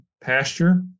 pasture